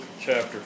chapter